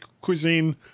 cuisine